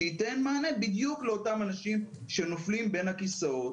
שיתן מענה בדיוק לאותם אנשים שנופלים בין הכיסאות,